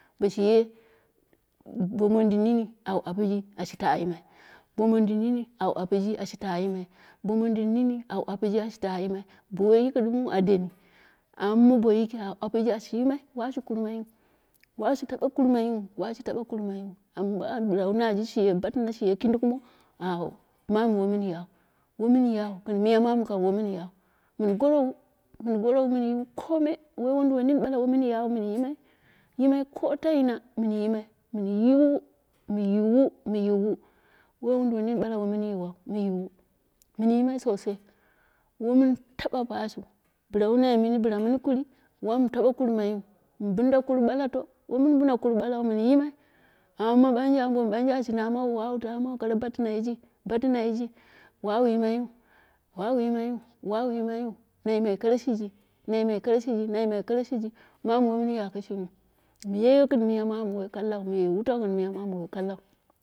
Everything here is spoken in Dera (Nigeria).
Bo shiye bo mondin nini, au apiyi ashi ta yimai, bo mondin nini au apiji ashita yimai, bo mono nini au apiji ashita yimai bo woi yiki dimwu a deni, amma bo yiki au apiji ashi yimai washi kurmai washi taba kurmai wu, washi taba kurmaiu, amma ambo nbanji shiye batina, shiye kinda kumo, auwo, mamu wo miu yau wo min yau, muye mamu kan wamin yau, mɨn gorowu, min gorowu mɨn yiwu komai, wai dunduwai nini wamin yau, min yimai, mu yuu, mu yau, mɨ yuu, wai wumduwai nini wai mun yau, me yuu mɨn yimai sosai, womin taba pashiu bɨla wun nai mɨni bɨla mun kuri wamu taba kurmai yu, mu binda kur bala to womun binu kar balau mɨn yimai, amma banje ambo ma banje, ashi mamau wawu tamar kura batina yiji, butina yiji, wawu yimai wu, wawu yimai wu, wawu yimai wu, ma yimai kara shiji, na yimai kai shiji, na yimai kara shiji, wai min ya kishimiu, muye gɨn miya mamu wai kallau, muye wutau ma miya mamu wai kallau.